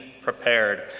prepared